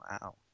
Wow